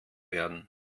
werden